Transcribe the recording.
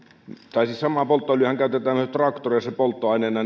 siis samaa polttoöljyähän käytetään myös traktoreissa polttoaineena